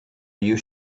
you